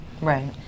right